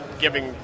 giving